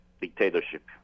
dictatorship